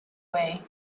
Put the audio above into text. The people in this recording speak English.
way